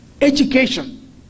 education